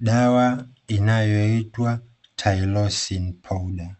dawa inayoitwa 'tylosin powder'.